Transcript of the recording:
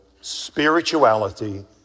spirituality